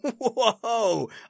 whoa